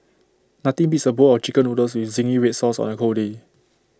nothing beats A bowl of Chicken Noodles with Zingy Red Sauce on A cold day